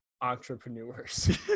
entrepreneurs